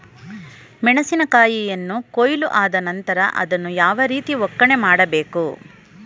ಮೆಣಸಿನ ಕಾಯಿಯನ್ನು ಕೊಯ್ಲು ಆದ ನಂತರ ಅದನ್ನು ಯಾವ ರೀತಿ ಒಕ್ಕಣೆ ಮಾಡಬೇಕು?